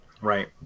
right